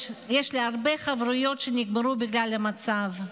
יש לי הרבה חברויות שנגמרו בגלל המצב.